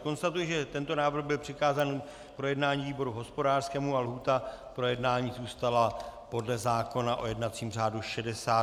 Konstatuji, že tento návrh byl přikázán k projednání výboru hospodářskému a lhůta k projednání zůstala podle zákona o jednacím řádu 60 dnů.